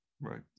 Right